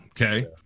okay